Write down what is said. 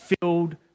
filled